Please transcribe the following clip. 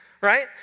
right